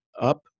up